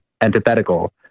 antithetical